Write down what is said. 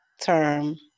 term